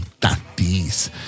Tatis